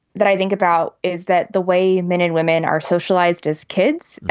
that i think about is that the way men and women are socialized as kids,